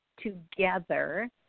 together